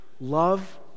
love